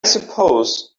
suppose